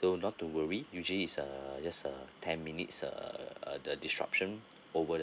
so not to worry usually is uh just uh ten minutes uh the disruption over the